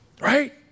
Right